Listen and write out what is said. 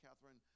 Catherine